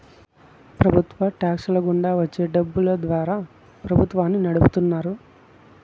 ప్రభుత్వ టాక్స్ ల గుండా వచ్చే డబ్బులు ద్వారా ప్రభుత్వాన్ని నడుపుతున్నాయి